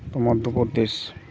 Madhya Pradesh